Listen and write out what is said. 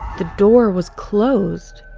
the door was closed.